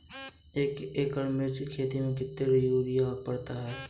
एक एकड़ मिर्च की खेती में कितना यूरिया पड़ता है?